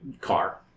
car